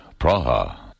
Praha